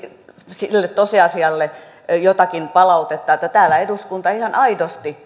sille tosiasialle jotakin palautetta että täällä eduskunta ihan aidosti